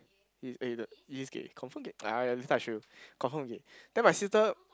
he is eh the he is gay confirm gay !aiya! later I show you confirm gay then my sister